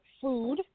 food